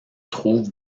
trouve